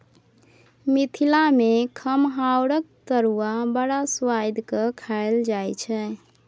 मिथिला मे खमहाउरक तरुआ बड़ सुआदि केँ खाएल जाइ छै